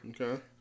Okay